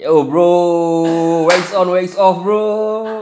oh bro lights off lights off bro